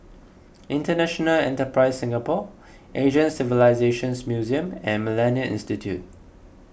International Enterprise Singapore Asian Civilisations Museum and Millennia Institute